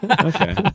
Okay